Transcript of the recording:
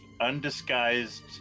undisguised